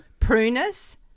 Prunus